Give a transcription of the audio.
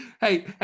hey